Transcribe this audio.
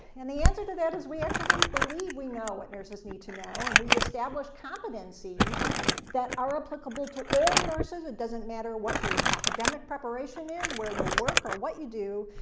and the answer to that is we actually believe we know what nurses need to know, and we establish competencies that are applicable to all nurses. it doesn't matter what your academic preparation is, where you work, or what you do.